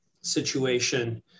situation